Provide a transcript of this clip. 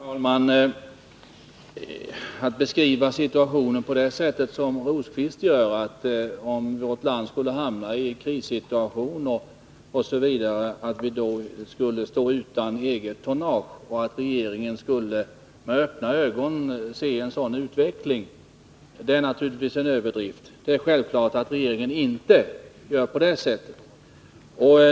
Herr talman! Att beskriva situationen på det sätt som Birger Rosqvist gör — att om vårt land skulle hamna i en krissituation skulle vi stå utan eget tonnage och regeringen skulle med öppna ögon se en sådan utveckling — är naturligtvis en överdrift. Det är självklart att regeringen inte gör på det sättet.